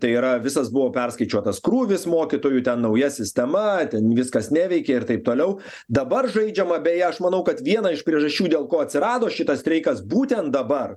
tai yra visas buvo perskaičiuotas krūvis mokytojų ten nauja sistema ten viskas neveikė ir taip toliau dabar žaidžiama beje aš manau kad viena iš priežasčių dėl ko atsirado šitas streikas būtent dabar